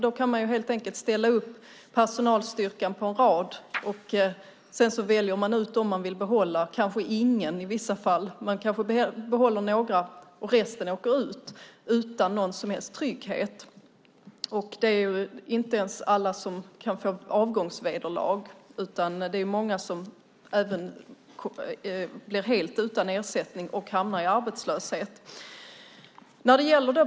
Då kan man helt enkelt ställa upp personalstyrkan på en rad och välja ut dem man vill behålla, kanske ingen i vissa. Man kanske behåller några, och resten åker ut utan någon som helst trygghet. Det är inte alla som kan få avgångsvederlag, utan många blir helt utan ersättning och hamnar i arbetslöshet.